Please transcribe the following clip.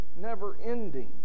never-ending